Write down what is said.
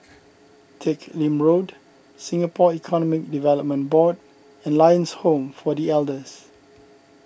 Teck Lim Road Singapore Economic Development Board and Lions Home for the Elders